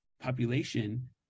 population